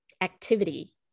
activity